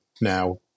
now